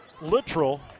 literal